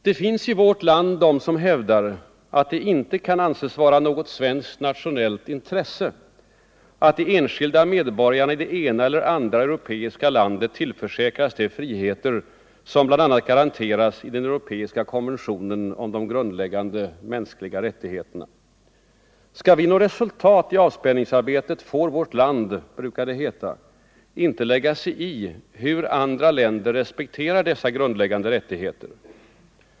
Det finns i vårt land de som hävdar att det inte kan anses vara något ”svenskt nationellt intresse” att de enskilda medborgarna i det ena eller andra europeiska landet tillförsäkras de friheter som bl.a. garanteras i den europeiska konventionen om de grundläggande mänskliga rättigheterna. Skall vi nå resultat i avspänningsarbetet, får vårt land — brukar det heta — inte lägga sig i hur andra länder respekterar dessa grundläggande rättigheter.